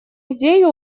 идею